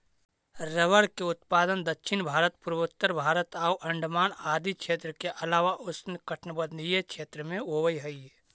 rubber के उत्पादन दक्षिण भारत, पूर्वोत्तर भारत आउ अण्डमान आदि क्षेत्र के अलावा उष्णकटिबंधीय देश में होवऽ हइ